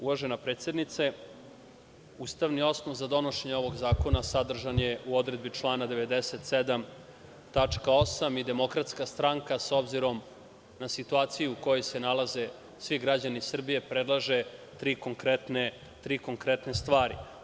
Uvažena predsednice, ustavni osnov za donošenje ovog zakona sadržan je u odredbi člana 97. tačka 8) i DS, s obzirom na situaciju u kojoj se nalaze svi građani Srbije, predlaže tri konkretne stvari.